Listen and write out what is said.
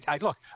Look